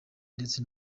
ndetse